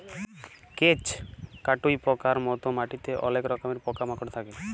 কেঁচ, কাটুই পকার মত মাটিতে অলেক রকমের পকা মাকড় থাক্যে